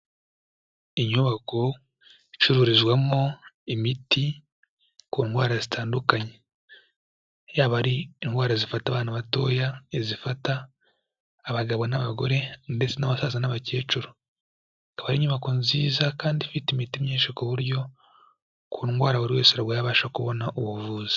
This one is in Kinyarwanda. Inyubako icururizwamo imiti ku ndwara zitandukanye, yaba ari indwara zifata abana batoya, izifata abagabo n'abagore ndetse n'abasaza n'abakecuru, ikaba ari inyubako nziza kandi ifite imiti myinshi ku buryo ku ndwara buri wese arwaye abasha kubona ubuvuzi.